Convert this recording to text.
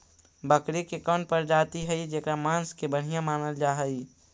बकरी के कौन प्रजाति हई जेकर मांस के बढ़िया मानल जा हई?